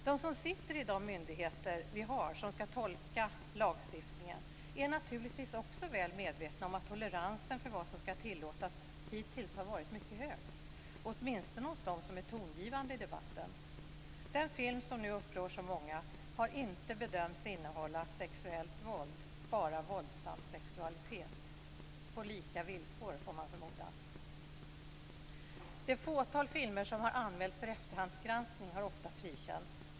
De som sitter i de myndigheter vi har som ska tolka lagstiftningen är naturligtvis också väl medvetna om att toleransen för vad som ska tillåtas hittills har varit mycket hög, åtminstone hos dem som är tongivande i debatten. Den film som nu upprör så många har inte bedömts innehålla sexuellt våld, bara våldsam sexualitet - på lika villkor, får man förmoda. Det fåtal filmer som har anmälts för efterhandsgranskning har ofta frikänts.